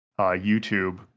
YouTube